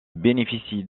bénéficie